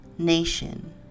nation